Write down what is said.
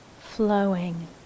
flowing